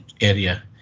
area